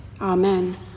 Amen